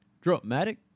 Dramatic